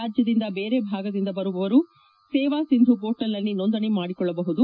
ರಾಜ್ಲದ ಬೇರೆ ಭಾಗದಿಂದ ಬರುವವರು ಸೇವಾ ಸಿಂಧು ಪೋರ್ಟಾಲ್ನಲ್ಲಿ ನೋಂದಣಿ ಮಾಡಿಕೊಳ್ಳಬೇಕಾಗಿದೆ